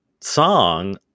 song